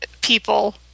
people